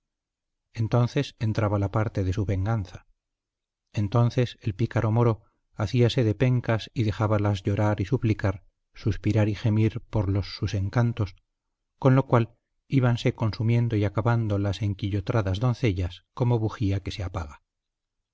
entonces entraba la parte de su venganza entonces el pícaro moro hacíase de pencas y dejábalas llorar y suplicar suspirar y gemir por los sus encantos con lo cual íbanse consumiendo y acabando las enquillotradas doncellas como bujía que se apaga